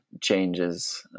changes